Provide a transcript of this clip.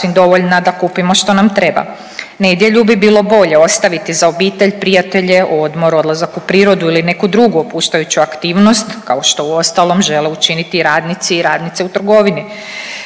da kupimo što nam treba, nedjelju bi bilo bolje ostaviti za obitelj, prijatelje, odmor, odlazak u prirodu ili neku drugu opuštajuću aktivnost kao što uostalom žele učiniti i radnici i radnice u trgovini.